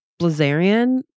Blazarian